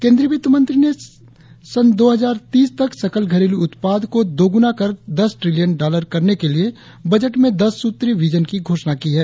केंद्रीय वित्तमंत्री ने सन दो हजार तीस तक सकल घलेलू उत्पाद को दोगुना कर दस ट्रिलियन डॉलर करने के लिए बजट में दस सूत्री विजन की घोषणा की है